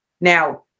now